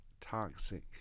toxic